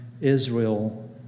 Israel